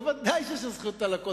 ודאי שיש לנו זכות על הכול,